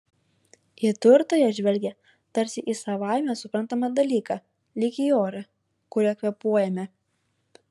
į turtą jie žvelgia tarsi į savaime suprantamą dalyką lyg į orą kuriuo kvėpuojame